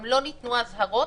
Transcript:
גם לא ניתנו אזהרות,